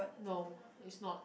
no is not